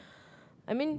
I mean